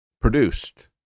produced